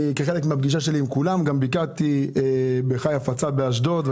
מהפגישות שלי עם כולם אני גם ביקרתי בחי הפצה באשדוד,